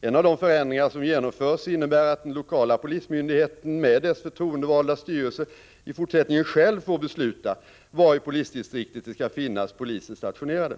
En av de förändringar som genomförs innebär att den lokala polismyndigheten, med dess förtroendevalda styrelse, i fortsättningen själv får besluta var i polisdistriktet det skall finnas poliser stationerade.